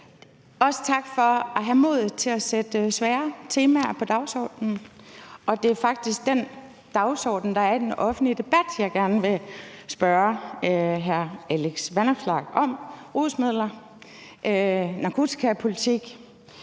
Også tak for at have modet til at sætte svære temaer på dagsordenen. Det er faktisk den dagsorden, der er i den offentlige debat, jeg gerne vil spørge hr. Alex Vanopslagh om. Jeg synes jo, vi